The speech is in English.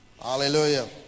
Hallelujah